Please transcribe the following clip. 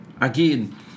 Again